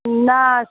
ना